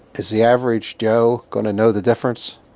is the average joe going to know the difference?